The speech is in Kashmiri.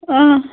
آ